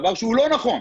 דבר שהוא לא נכון.